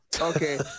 Okay